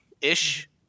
ish